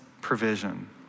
provision